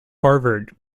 harvard